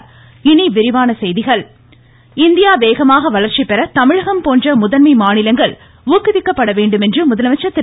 நிதிக்குழு முதலமைச்சர் இந்தியா வேகமான வளர்ச்சிபெற தமிழகம் போன்ற முதன்மை மாநிலங்கள் ஊக்குவிக்கப்பட வேண்டும் என்று முதலமைச்சர் திரு